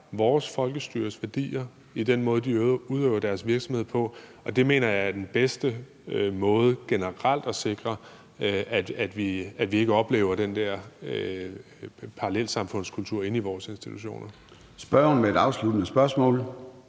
vores folkestyres værdier i den måde, de udøver deres virksomhed på, og det mener jeg er den bedste måde generelt at sikre, at vi ikke oplever den der parallelsamfundskultur inde i vores institutioner, på. Kl. 13:40 Formanden (Søren